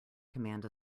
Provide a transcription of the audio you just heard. command